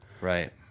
Right